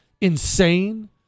insane